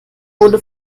wurde